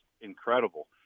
incredible